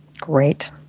Great